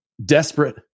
Desperate